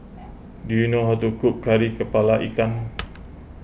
do you know how to cook Kari Kepala Ikan